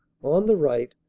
on the right,